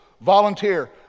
volunteer